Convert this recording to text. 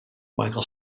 michael